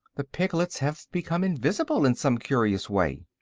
the piglets have become invisible, in some curious way.